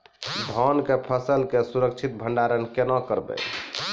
धान के फसल के सुरक्षित भंडारण केना करबै?